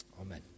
Amen